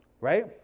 Right